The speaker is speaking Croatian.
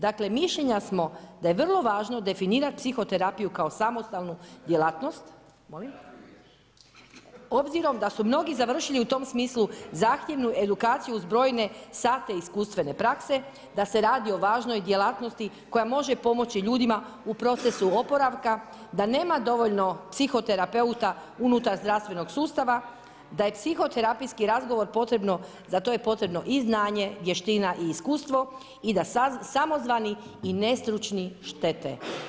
Dakle, mišljenja smo da je vrlo važno definirati psihoterapiju kao samostalnu djelatnost obzirom da su mnogi završili u tom smislu zahtjevnu edukaciju uz brojne sate iskustvene prakse da se radi o važnoj djelatnosti koja može pomoći ljudima u procesu oporavka, da nema dovoljno psihoterapeuta unutar zdravstvenog sustava, da je psihoterapijski razgovor potrebno za to je potrebno i znanje, vještina i iskustvo i da samozvani i nestručni štete.